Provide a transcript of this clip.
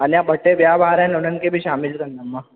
अञा ॿ टे ॿिया ॿार आहिनि उन्हनि खे बि शामिलु कंदुमि मां